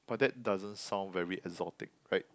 but that doesn't sound very exotic right